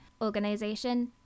organization